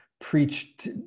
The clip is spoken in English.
preached